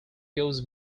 goes